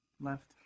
left